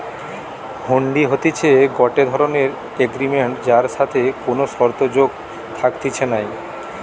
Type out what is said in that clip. হুন্ডি হতিছে গটে ধরণের এগ্রিমেন্ট যার সাথে কোনো শর্ত যোগ থাকতিছে নাই